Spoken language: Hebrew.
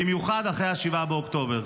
במיוחד אחרי 7 באוקטובר.